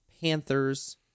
Panthers